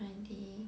my day